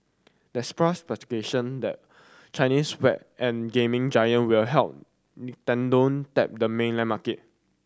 that spurred speculation the Chinese web and gaming giant will help Nintendo tap the mainland market